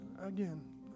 again